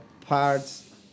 parts